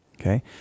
Okay